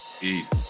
Peace